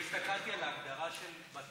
אני חוזר על דבריו של חבר הכנסת.